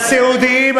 והסיעודיים.